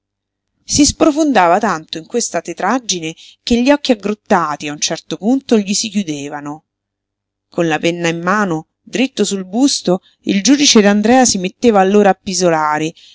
si sprofondava tanto in questa tetraggine che gli occhi aggrottati a un certo punto gli si chiudevano con la penna in mano dritto sul busto il giudice d'andrea si metteva allora a pisolare